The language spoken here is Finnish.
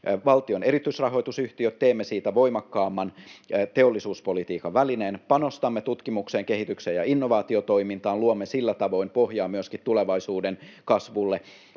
valtion erityisrahoitusyhtiön, teemme siitä voimakkaamman teollisuuspolitiikan välineen, panostamme tutkimukseen, kehitykseen ja innovaatiotoimintaan ja luomme sillä tavoin pohjaa myöskin tulevaisuuden kasvulle.